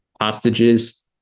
hostages